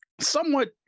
somewhat